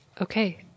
Okay